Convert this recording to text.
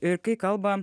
ir kai kalba